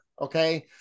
Okay